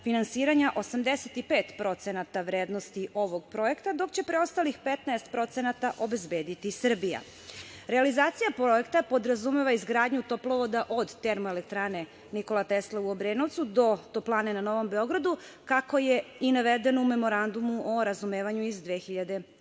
finansiranja 85% vrednosti ovog projekta, dok će preostalih 15% obezbediti Srbija. Realizacija projekta podrazumeva izgradnju toplovoda od TENT u Obrenovcu do toplane na Novom Beogradu, kako je i navedeno u Memorandumu o razumevanju iz 2017.